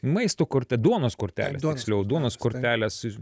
maisto korte duonos kortelės tiksliau duonos kortelės